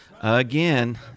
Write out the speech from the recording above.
Again